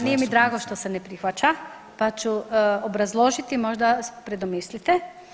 Nije mi drago što se ne prihvaća, pa ću obrazložiti može se predomislite.